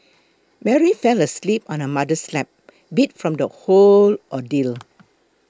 Mary fell asleep on her mother's lap beat from the whole ordeal